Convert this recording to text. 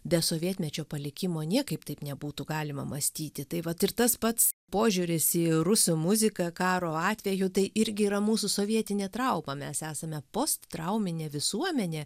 be sovietmečio palikimo niekaip taip nebūtų galima mąstyti tai vat ir tas pats požiūris į rusų muziką karo atveju tai irgi yra mūsų sovietinė trauma mes esame post trauminė visuomenė